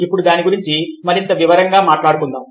ఇప్పుడు దాని గురించి మరింత వివరంగా మాట్లాడుకుందాం